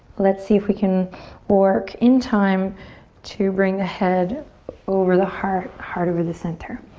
let's see if we can work in time to bring the head over the heart, heart over the center.